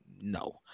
no